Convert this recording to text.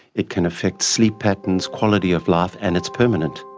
it can affect sleep patterns, quality of life, and it's permanent.